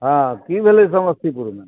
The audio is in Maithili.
हँ कि भेलै समस्तीपुरमे